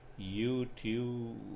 YouTube